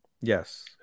Yes